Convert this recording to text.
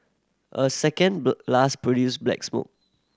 a second blast produced black smoke